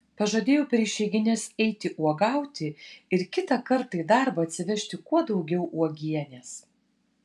pažadėjau per išeigines eiti uogauti ir kitą kartą į darbą atsivežti kuo daugiau uogienės